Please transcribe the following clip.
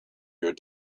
your